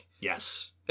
Yes